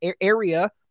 area